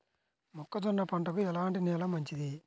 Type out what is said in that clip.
మొక్క జొన్న పంటకు ఎలాంటి నేల మంచిది?